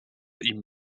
ihm